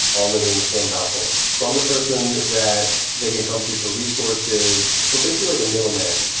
all living in the same household so i'm the person that they can come to for resources for basically like a middleman.